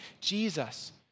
Jesus